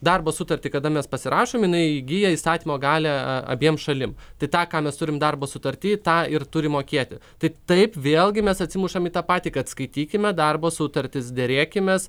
darbo sutartį kada mes pasirašom jinai įgija įstatymo galią abiem šalim tai tą ką mes turim darbo sutarty tą ir turi mokėti tai taip vėlgi mes atsimušam į tą patį kad skaitykime darbo sutartis derėkimės